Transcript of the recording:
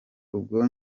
ubwo